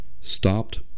stopped